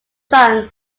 son